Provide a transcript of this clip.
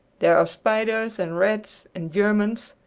there are spiders, and rats, and germans.